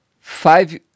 Five